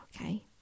Okay